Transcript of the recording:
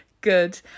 Good